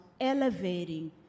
elevating